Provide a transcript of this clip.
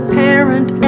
parent